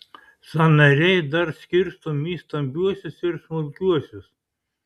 sąnariai dar skirstomi į stambiuosius ir smulkiuosius